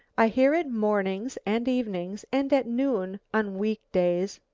i hear it mornings and evenings and at noon, on week days.